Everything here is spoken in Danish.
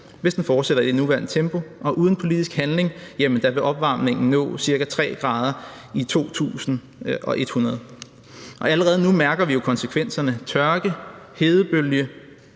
hvis den fortsætter i det nuværende tempo. Og uden politisk handling vil opvarmningen nå ca. 3 grader i 2100. Allerede nu mærker vi jo konsekvenserne: Tørke, hedebølger,